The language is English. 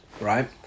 right